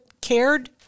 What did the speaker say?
cared